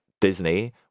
Disney